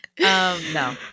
no